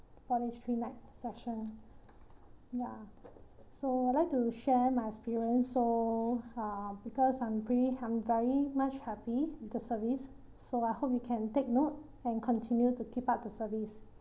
four days three night session ya so I'd like to share my experience so uh because I'm pretty I'm very much happy with the service so I hope you can take note and continue to keep up the service